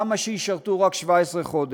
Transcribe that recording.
למה שישרתו רק 17 חודש?